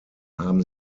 haben